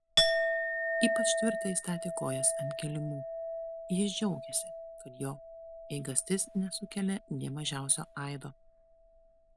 ypač tvirtai statė kojas ant kilimų jis džiaugėsi kad jo eigastis nesukelia nė mažiausio aido